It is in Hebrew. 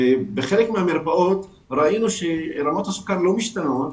ובחלק מהמרפאות ראינו שרמות הסוכר לא משתנות.